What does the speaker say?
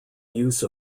use